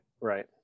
Right